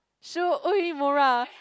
Shu Uemura